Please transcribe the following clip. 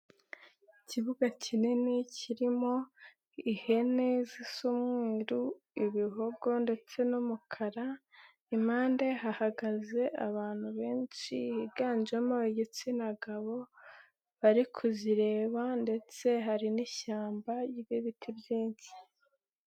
Ikibuga kinini kirimo ihene zisa umweru, ibihogo ndetse n'umukara, impande hahagaze abantu benshi biganjemo igitsina gabo, bari kuzireba ndetse hari n'ishyamba ry'ibiti byinshi.